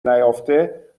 نیافته